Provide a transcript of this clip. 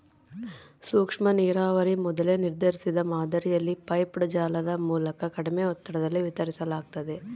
ಸೂಕ್ಷ್ಮನೀರಾವರಿ ಮೊದಲೇ ನಿರ್ಧರಿಸಿದ ಮಾದರಿಯಲ್ಲಿ ಪೈಪ್ಡ್ ಜಾಲದ ಮೂಲಕ ಕಡಿಮೆ ಒತ್ತಡದಲ್ಲಿ ವಿತರಿಸಲಾಗ್ತತೆ